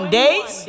days